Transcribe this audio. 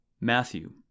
Matthew